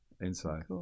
inside